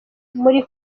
muri